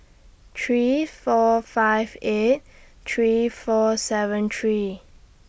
three four five eight three four seven three